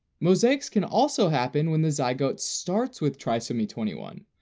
mosaics can also happen when the zygote starts with trisomy twenty one,